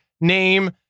name